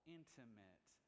intimate